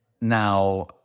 now